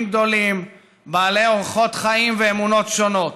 גדולים בעלי אורחות חיים ואמונות שונים,